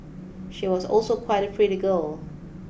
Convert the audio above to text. she was also quite a pretty girl